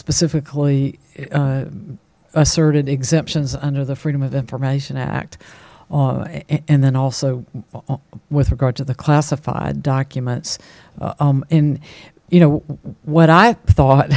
specifically asserted exemptions under the freedom of information act on it and then also with regard to the classified documents in you know what i thought